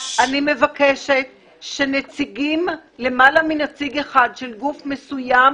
אני מבקשת שלמעלה מנציג אחד של גוף מסוים,